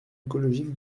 écologique